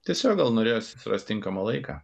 tiesiog gal norėjosi surast tinkamą laiką